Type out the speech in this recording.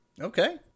Okay